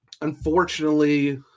Unfortunately